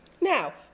Now